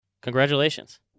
Congratulations